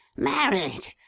married!